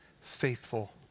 faithful